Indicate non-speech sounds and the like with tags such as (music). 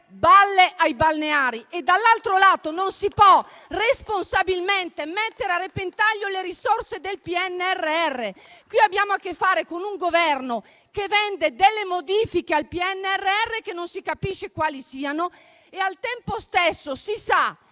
balle ai balneari, (applause) e dall'altro lato, non si può responsabilmente mettere a repentaglio le risorse del PNRR. Abbiamo a che fare con un Governo che vende modifiche al PNRR che non si capisce quali siano e al tempo stesso si sa